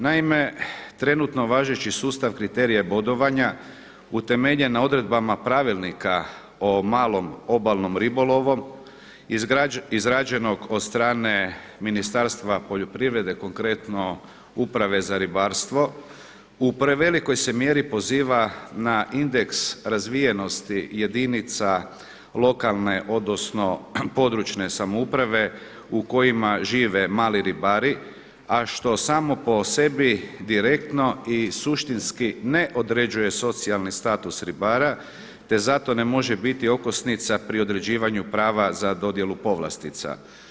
Naime, trenutno važeći sustav kriterija bodovanja utemeljen na odredbama pravilnika o malom obalnom ribolovu izrađenog od strane Ministarstva poljoprivrede konkretno uprave za ribarstvo u prevelikoj se mjeri poziva na indeks razvijenosti jedinica lokalne odnosno područne samouprave u kojima žive mali ribari a što samo po sebi direktno i suštinski ne određuje socijalni status ribara te zato ne može biti okosnica pri određivanju prava za dodjelu povlastica.